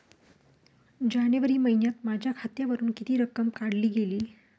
जानेवारी महिन्यात माझ्या खात्यावरुन किती रक्कम काढली गेली?